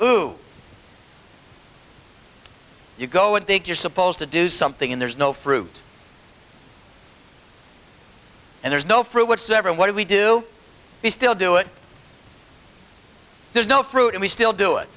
you go and big you're supposed to do something and there's no fruit and there's no fruit whatsoever what do we do we still do it there's no fruit and we still do it